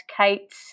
Kate